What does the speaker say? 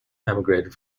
emigrated